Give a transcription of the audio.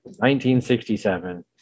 1967